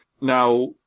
Now